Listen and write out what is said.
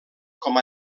com